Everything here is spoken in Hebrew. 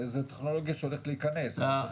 זו טכנולוגיה שעומדת להיכנס אבל צריך